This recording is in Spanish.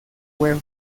web